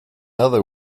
other